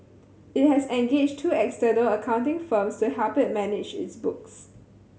it has engaged two external accounting firms to help it manage its books